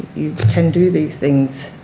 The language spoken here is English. you can do these things.